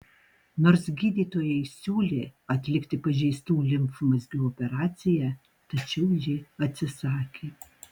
nors gydytojai siūlė atlikti pažeistų limfmazgių operaciją tačiau ji atsisakė